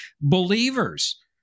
believers